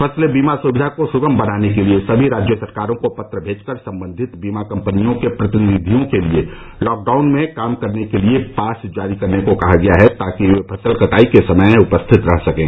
फसल बीमा सुविधा को सुगम बनाने के लिए सभी राज्य सरकारों को पत्र भेजकर संबंधित बीमा कंपनियों के प्रतिनिधियों के लिए लॉकडाउन में काम करने के लिए पास जारी करने को कहा गया है ताकि वे फसल कटाई के समय उपस्थित रह सकें